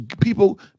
people